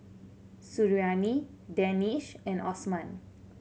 Suriani Danish and Osman